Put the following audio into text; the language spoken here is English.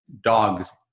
dogs